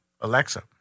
Alexa